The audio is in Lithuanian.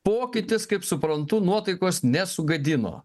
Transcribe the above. pokytis kaip suprantu nuotaikos nesugadino